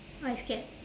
I scared